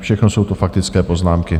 Všechno jsou faktické poznámky.